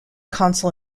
consul